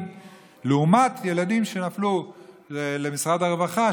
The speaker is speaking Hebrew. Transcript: לעומת ילדים שנפלו למשרד הרווחה,